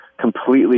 completely